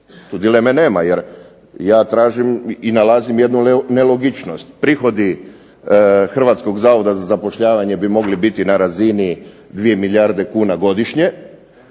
tu dileme nema, jer ja tražim i nalazim jednu nelogičnost. Prihodi Hrvatskog zavoda za zapošljavanje bi mogli biti na razini 2 milijarde kuna godišnje.